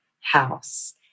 house